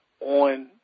on